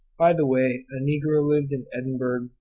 by the way, a negro lived in edinburgh,